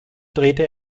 drehte